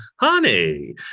honey